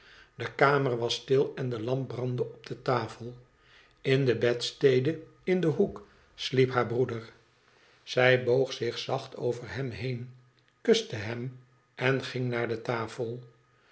de kamer was stil en de lamp brandde op de tafel in de bedstede in den hoek sliep haar broeder zij boog zich zacht over hem been kuste hem en ging naar de tafel